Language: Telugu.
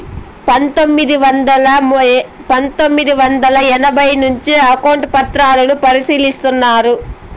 పందొమ్మిది వందల యాభైల నుంచే అకౌంట్ పత్రాలను పరిశీలిస్తున్నారు